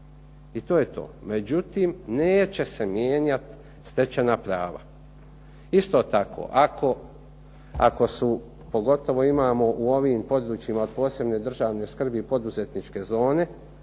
I to je to. Međutim, neće se mijenjat stečena prava. Isto tako ako su pogotovo imamo u ovim područjima od posebne državne skrbi poduzetničke zone.